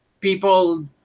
people